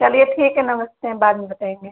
चलिए ठीक है नमस्ते बाद में बताएँगे